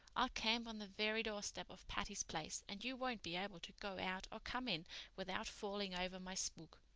i'll camp on the very doorstep of patty's place and you won't be able to go out or come in without falling over my spook.